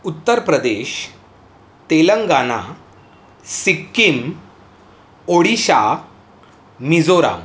Uttar Pradesh Telangana Sikkim Odisha Mizoram